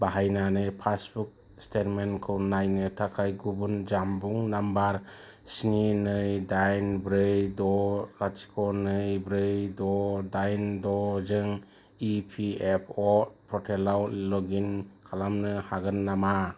बाहायनानै पासबुक स्टेटमेन्टखौ नायनो थाखाय गुबुन जानबुं नामबार स्नि नै दाइन ब्रै द' लाथिख' नै ब्रै द' दाइन' द'जों इपिएफअ' पर्टेलाव लग इन खालामनो हागोन नामा